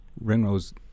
Ringrose